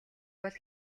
бол